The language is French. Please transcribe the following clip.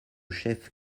chef